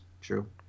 True